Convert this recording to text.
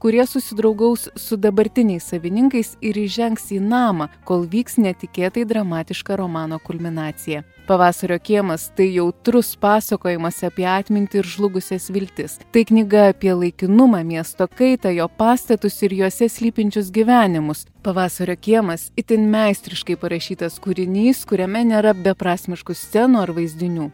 kurie susidraugaus su dabartiniais savininkais ir įžengs į namą kol vyks netikėtai dramatiška romano kulminacija pavasario kiemas tai jautrus pasakojimas apie atmintį ir žlugusias viltis tai knyga apie laikinumą miesto kaitą jo pastatus ir juose slypinčius gyvenimus pavasario kiemas itin meistriškai parašytas kūrinys kuriame nėra beprasmiškų scenų ar vaizdinių